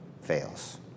fails